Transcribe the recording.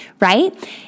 right